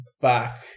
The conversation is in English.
back